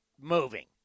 moving